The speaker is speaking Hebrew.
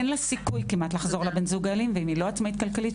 אין לה סיכוי כמעט לחזור לבן זוג האלים ואם היא לא עצמאית כלכלית,